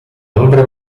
ombre